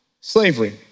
slavery